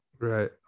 Right